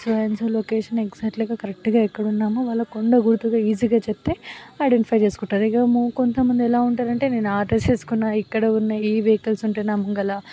so and so location ఎగ్జాక్ట్లీగా కరెక్ట్గా ఎక్కడున్నామో వాళ్ళకి కొండ గుర్తుగా ఈజీగా చెప్తే ఐడెంటిఫై చేసుకుంటారు ఇక కొంత మంది ఎలా ఉంటారు అంటే నేను ఆ డ్రెస్ వేసుకున్న ఇక్కడ ఉన్న ఈ వెహికల్స్ ఉంటాయి నా ముందర